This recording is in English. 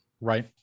right